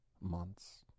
months